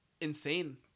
insane